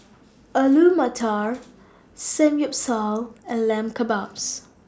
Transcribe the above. Alu Matar Samgyeopsal and Lamb Kebabs